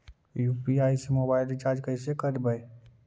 UPI से mobile recharge कैसे करबइ?